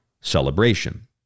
celebration